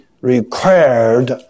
required